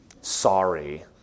Sorry